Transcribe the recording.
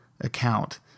account